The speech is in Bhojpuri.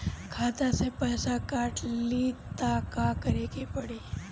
खाता से पैसा काट ली त का करे के पड़ी?